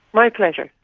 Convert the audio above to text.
my pleasure.